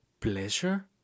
Pleasure